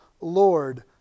Lord